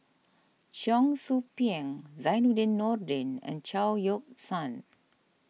Cheong Soo Pieng Zainudin Nordin and Chao Yoke San